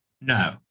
No